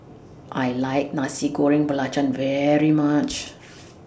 I like Nasi Goreng Belacan very much